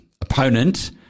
opponent